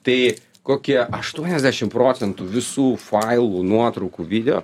tai kokie aštuoniasdešim procentų visų failų nuotraukų video